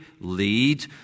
lead